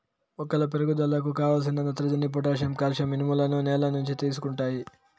మొక్కల పెరుగుదలకు కావలసిన నత్రజని, పొటాషియం, కాల్షియం, ఇనుములను నేల నుంచి తీసుకుంటాయి